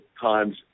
times